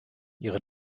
ihre